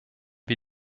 wir